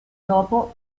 dopo